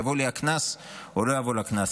יבוא לי הקנס או לא יבוא לי הקנס?